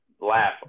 laugh